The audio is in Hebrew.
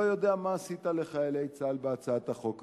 יודע מה עשית לחיילי צה"ל בהצעת החוק הזו,